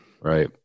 Right